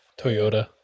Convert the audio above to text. Toyota